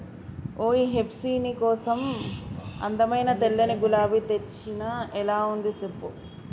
ఓయ్ హెప్సీ నీ కోసం అందమైన తెల్లని గులాబీ తెచ్చిన ఎలా ఉంది సెప్పు